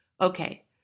Okay